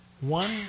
One